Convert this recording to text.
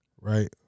right